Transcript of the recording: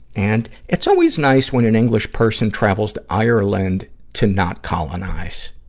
and, it's always nice when an english person travels to ireland to not colonize.